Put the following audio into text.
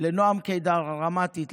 לנועם קידר הרמתי,